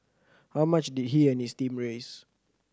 how much did he and his team raise